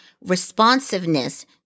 responsiveness